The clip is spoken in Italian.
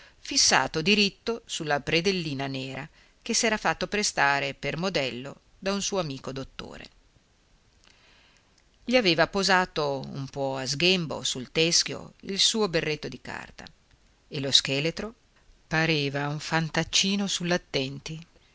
fissato diritto su per la predellina nera che s'era fatto prestare per modello da un suo amico dottore gli aveva posato un po a sghembo sul teschio il suo berretto di carta e lo scheletro pareva un